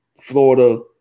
Florida